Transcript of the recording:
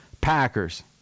Packers